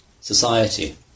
society